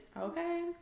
Okay